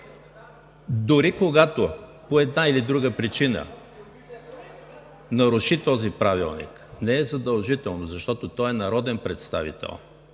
дори когато по една или друга причина наруши този правилник, не е задължително, защото той е народен представител,